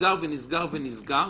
ונסגר ונסגר.